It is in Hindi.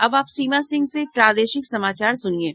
अब आप सीमा सिंह से प्रादेशिक समाचार सुनिये